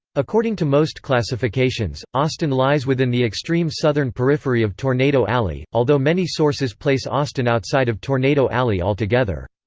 according to most classifications, austin lies within the extreme southern periphery of tornado alley, although many sources place austin outside of tornado alley altogether.